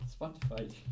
Spotify